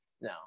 no